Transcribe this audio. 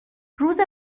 روز